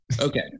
Okay